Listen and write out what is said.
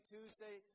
Tuesday